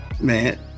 Man